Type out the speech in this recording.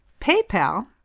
PayPal